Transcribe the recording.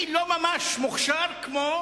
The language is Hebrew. אני לא ממש מוכשר כמו